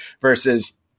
versus